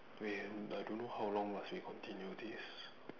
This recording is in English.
then I don't know how long must we continue this